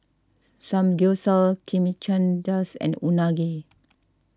Samgyeopsal Chimichangas and Unagi